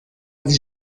die